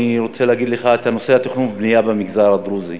אני רוצה להגיד לך לגבי נושא התכנון והבנייה במגזר הדרוזי.